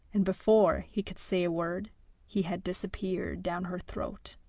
and before he could say a word he had disappeared down her throat.